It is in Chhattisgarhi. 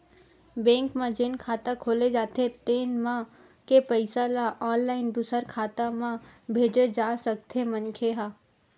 बेंक म जेन खाता खोले जाथे तेन म के पइसा ल ऑनलाईन दूसर खाता म भेजे जा सकथे मनखे ह